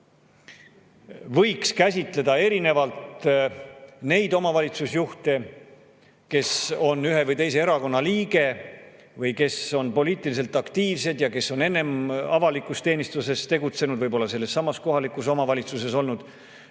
võiks käsitleda erinevalt omavalitsusjuhte, kes on ühe või teise erakonna liikmed, kes on poliitiliselt aktiivsed ja kes on enne avalikus teenistuses tegutsenud, võib-olla sellessamas kohalikus omavalitsuses olnud,